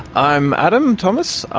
i'm adam thomas,